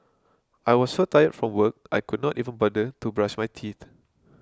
I was so tired from work I could not even bother to brush my teeth